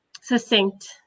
succinct